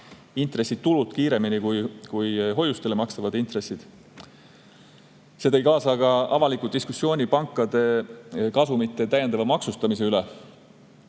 intressitulud kiiremini kui hoiustele makstavad intressid. See tõi kaasa avaliku diskussiooni pankade kasumite täiendava maksustamise üle.